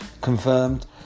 confirmed